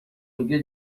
میگه